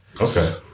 Okay